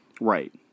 Right